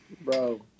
Bro